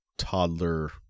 toddler